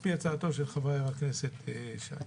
על פי הצעתו של חבר הכנסת שיין.